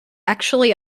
actually